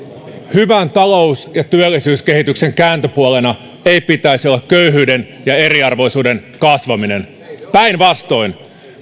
hyvän talous ja työllisyyskehityksen kääntöpuolena ei pitäisi olla köyhyyden ja eriarvoisuuden kasvaminen päinvastoin